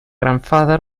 grandfather